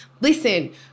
listen